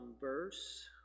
verse